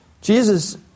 Jesus